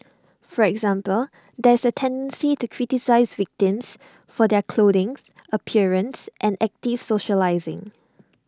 for example there is A tendency to criticise victims for their clothing appearance and active socialising